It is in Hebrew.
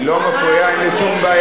היא לא מפריעה, אין עם זה שום בעיה.